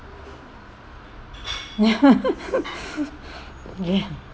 ya